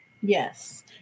Yes